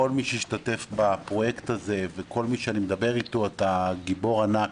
מי שהשתתף בפרויקט הזה וכל מי שאני מדבר איתו אתה גיבור ענק.